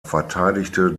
verteidigte